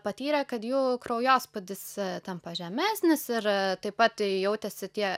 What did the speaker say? patyrę kad jų kraujospūdis tampa žemesnis ir taip pat jautėsi tie